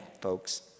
folks